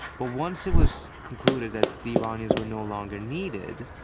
but once it was concluded that the iranians were no longer needed,